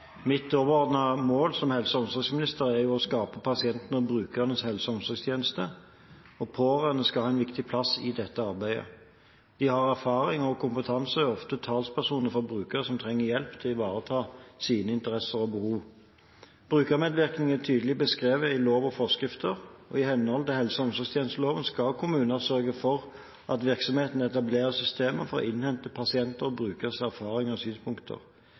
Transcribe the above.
Mitt overordnede mål som helse- og omsorgsminister er å skape pasientene og brukernes helse- og omsorgstjeneste. Pårørende skal ha en viktig plass i dette arbeidet. De har erfaring og kompetanse og er ofte talspersoner for brukere som trenger hjelp til å ivareta sine interesser og behov. Brukermedvirkning er tydelig beskrevet i lover og forskrifter. I henhold til helse- og omsorgstjenesteloven skal kommuner sørge for at virksomhetene etablerer systemer for å innhente pasienter og brukeres erfaringer og synspunkter.